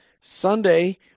sunday